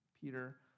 Peter